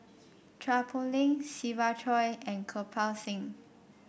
Chua Poh Leng Siva Choy and Kirpal Singh